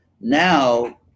Now